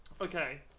Okay